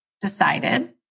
decided